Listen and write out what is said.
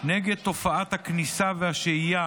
נגד תופעת הכניסה והשהייה